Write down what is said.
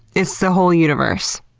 it's the whole universe.